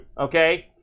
Okay